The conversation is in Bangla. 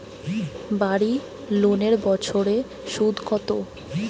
বাড়ি লোনের বছরে সুদ কত?